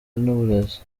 n’uburezi